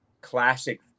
classic